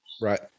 right